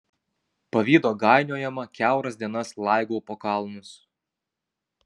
pavydo gainiojama kiauras dienas laigau po kalnus